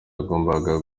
yagombaga